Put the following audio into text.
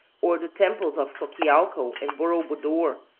or the temples of xochialco and boro buddor,